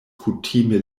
kutime